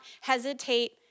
hesitate